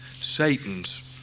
Satan's